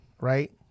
right